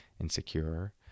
insecure